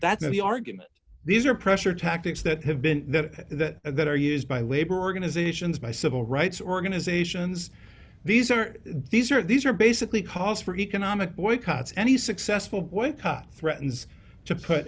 the argument these are pressure tactics that have been that that are used by labor organizations by civil rights organizations these are these are these are basically cause for economic boycotts any successful boycott threatens to put